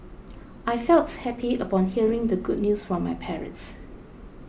I felt happy upon hearing the good news from my parents